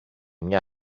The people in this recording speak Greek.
μια